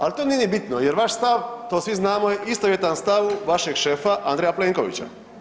Al to nije ni bitno jer vaš stav, to svi znamo, je istovjetan stavu vašeg šefa Andreja Plenkovića.